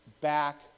back